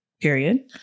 period